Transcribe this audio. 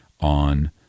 on